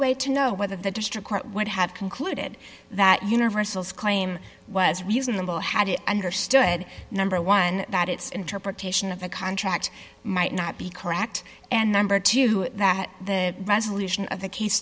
way to know whether the district court would have concluded that universal's claim was reasonable had it understood number one that its interpretation of the contract might not be correct and number two that the resolution of the